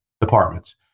departments